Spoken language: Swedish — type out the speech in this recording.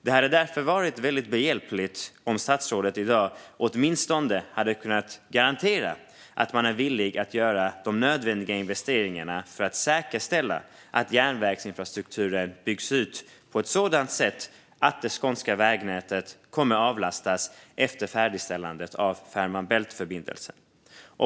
Det hade därför varit väldigt behjälpligt om statsrådet i dag åtminstone hade kunnat garantera att man är villig att göra de nödvändiga investeringarna för att säkerställa att järnvägsinfrastrukturen byggs ut på ett sådant sätt att det skånska vägnätet kommer att avlastas efter färdigställandet av Fehmarn Bält-förbindelsen.